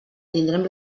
tindrem